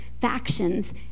factions